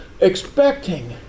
expecting